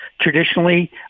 Traditionally